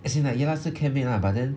as in like ya lah 是 campmate lah but then